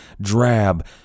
drab